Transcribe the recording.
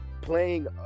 playing